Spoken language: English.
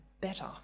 better